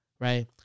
right